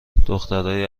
دخترای